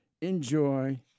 enjoy